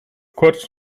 kurz